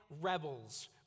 rebels